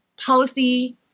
policy